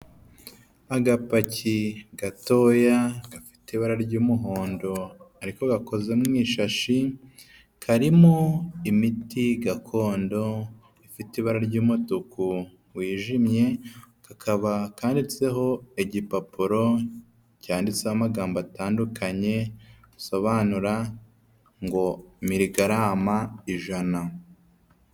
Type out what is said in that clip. Agapaki gatoya gafite ibara ry'umuhondo ariko gakoze mu ishashi, karimo imiti gakondo ifite ibara ry'umutuku wijimye, kakaba kanditseho igipapuro cyanditseho amagambo atandukanye, bisobanura ngo migarama ijana.